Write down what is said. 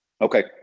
Okay